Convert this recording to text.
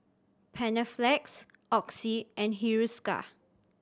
Panaflex Oxy and Hiruscar